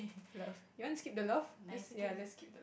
love you want skip the love let's ya let's skip